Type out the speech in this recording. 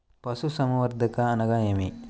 పశుసంవర్ధకం అనగా ఏమి?